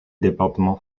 département